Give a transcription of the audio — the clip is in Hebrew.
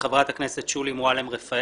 וחברת הכנסת שולי מועלם-רפאלי,